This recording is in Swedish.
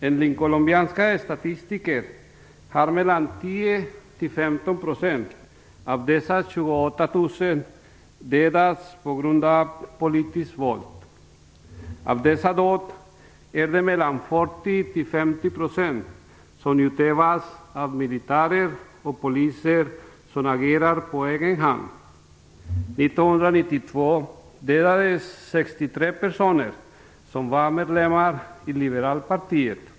Enligt colombianska statistiker har mellan 10 och 15 % av dessa 28 000 dödats på grund av politiskt våld. Av dessa dåd är det mellan 40 och 50 % som utövas av militärer och poliser som agerar på egen hand.